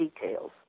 details